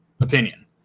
opinion